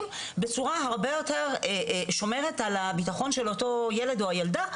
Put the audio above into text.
בצורה הרבה יותר שומרת על הביטחון של אותו ילד או הילדה,